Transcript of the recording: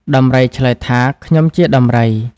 ដំរីឆ្លើយថា ខ្ញុំជាដំរី។